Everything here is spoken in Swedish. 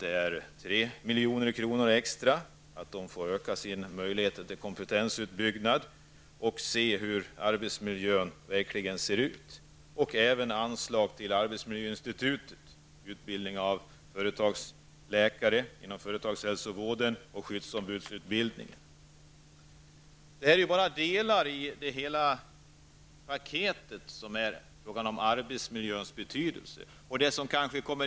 Vi vill öka det anslaget med 3 milj.kr., så att man får ökade möjligheter till kompetensutbyggnad för att kunna se hur arbetsmiljön verkligen ser ut. Den andra reservationen gäller anslag till arbetsmiljöinstitutet för utbildning av företagsläkare inom företagshälsovården och för skyddsombudsutbildning. Detta är bara delar i det paket som gäller arbetsmiljöns betydelse.